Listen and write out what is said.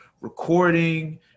recording